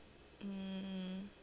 mm